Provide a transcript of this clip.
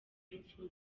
urupfu